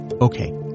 Okay